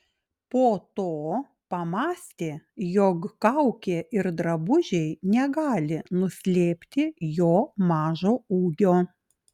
po to pamąstė jog kaukė ir drabužiai negali nuslėpti jo mažo ūgio